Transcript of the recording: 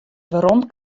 werom